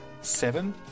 seven